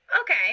okay